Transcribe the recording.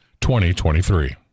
2023